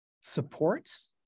supports